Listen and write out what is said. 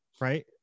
right